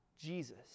Jesus